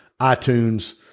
iTunes